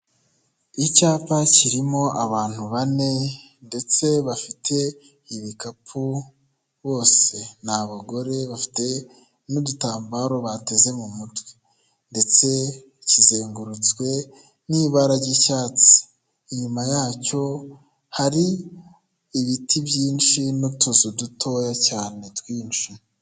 Icyapa kirimo abantu bane, ndetse bafite ibikapu bose, ni abagore bafite n'udutambaro bateze mu mutwe, ndetse kizengurutswe n'ibara ry'icyatsi , inyuma yacyo hari ibiti byinshi n'utuzu dutoya cyane twinshi.